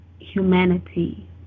humanity